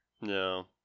No